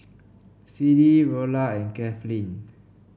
Siddie Rolla and Kathleen